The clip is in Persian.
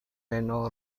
منو